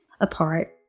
apart